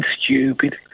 stupid